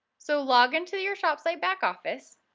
so login to your shopsite backoffice,